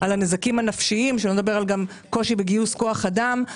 על הנזקים הנפשיים שלא לדבר על קושי בגיוס כוח אדם.